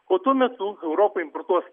o tuo metu europa importuos